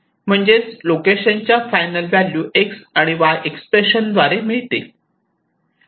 म्हणजेच लोकेशनच्या final value X आणि वाय एक्सप्रेशन द्वारे मिळतील